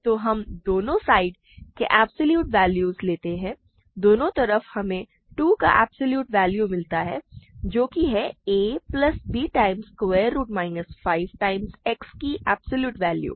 तो हम दोनों साइड के एब्सॉल्यूट वैल्यू लेते हैं दोनों तरफ हमें 2 का एब्सॉल्यूट वैल्यू मिलता है जोके है a plus b times square root minus 5 times x की एब्सॉल्यूट वैल्यू